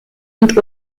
und